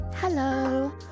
Hello